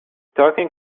talking